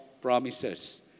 promises